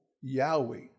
Yahweh